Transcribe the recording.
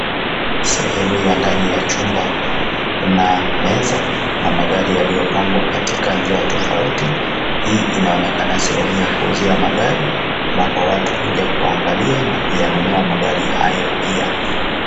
Sehemu ya ndani ya chumba, kuna meza na magari yaliyopangwa katika njia tofauti. Hii inaonekana sehemu ya kuuzia magari, ambapo watu huja kuangalia na kuyanunua magari hayo pia.